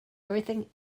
everything